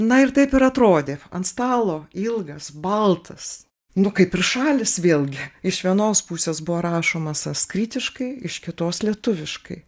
na ir taip ir atrodė ant stalo ilgas baltas nu kaip ir šalys vėlgi iš vienos pusės buvo rašoma sanskritiškai iš kitos lietuviškai